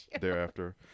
thereafter